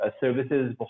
services